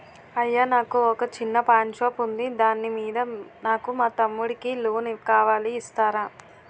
అయ్యా నాకు వొక చిన్న పాన్ షాప్ ఉంది దాని మీద నాకు మా తమ్ముడి కి లోన్ కావాలి ఇస్తారా?